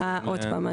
עוד פעם,